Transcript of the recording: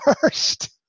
first